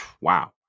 Wow